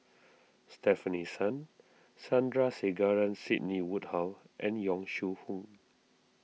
Stefanie Sun Sandrasegaran Sidney Woodhull and Yong Shu Hoong